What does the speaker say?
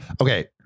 Okay